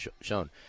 Shown